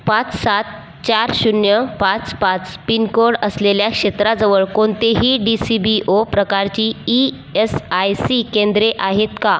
पाच सात चार शून्य पाच पाच पिनकोड असलेल्या क्षेत्राजवळ कोणतेही डी सी बी ओ प्रकारची ई एस आय सी केंद्रे आहेत का